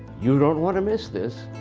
you don't want to miss this.